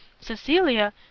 Cecilia